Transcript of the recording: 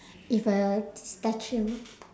if a statue